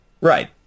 right